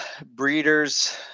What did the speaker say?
Breeders